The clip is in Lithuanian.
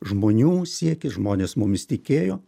žmonių siekis žmonės mumis tikėjo